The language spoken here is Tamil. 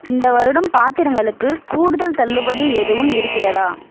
இந்த வருடம் பாத்திரங்களுக்கு கூடுதல் தள்ளுபடி எதுவும் இருக்கிறதா